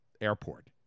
Airport